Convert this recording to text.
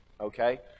okay